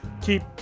keep